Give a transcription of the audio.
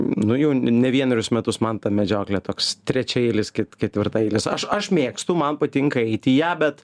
nu jau ne vienerius metus man ta medžioklė toks trečiaeilis ketvirtaeilis aš aš mėgstu man patinka eiti į ją bet